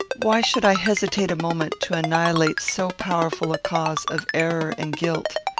why should i hesitate a moment to annihilate so powerful a cause of error and guilt?